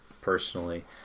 personally